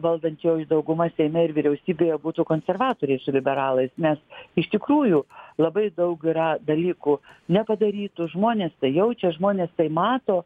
valdančioji dauguma seime ir vyriausybėje būtų konservatoriai su liberalais nes iš tikrųjų labai daug yra dalykų nepadarytų žmonės tai jaučia žmonės tai mato